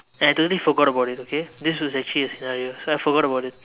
and I totally forgot about it okay this is actually a scenario so I forgot about it